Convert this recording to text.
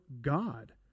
God